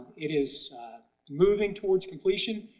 it is moving towards completion.